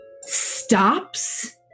stops